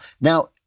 Now